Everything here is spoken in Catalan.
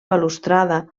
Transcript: balustrada